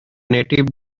native